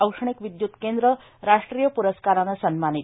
औष्णिक विदय्त केंद्र राष्ट्रीय प्रस्कारानं सन्मानित